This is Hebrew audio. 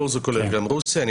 Go זה כולל גם רוסיה.